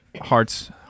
hearts